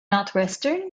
northwestern